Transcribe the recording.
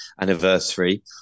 anniversary